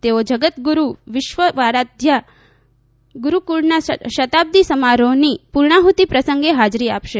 તેઓ જગતગુરૃ વિશ્રવારાધ્યા ગુરૂક્ળના શતાબ્દી સમારોહની પૂર્ણાહૂતિ પ્રસંગે હાજરી આપશે